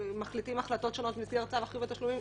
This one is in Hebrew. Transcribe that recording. מחליטים החלטות שונות במסגרת צו החיוב בתשלומים,